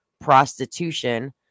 prostitution